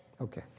Okay